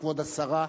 כבוד השרה?